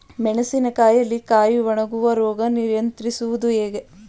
ಮೆಣಸಿನ ಕಾಯಿಯಲ್ಲಿ ಕಾಯಿ ಒಣಗುವ ರೋಗ ನಿಯಂತ್ರಿಸುವುದು ಹೇಗೆ?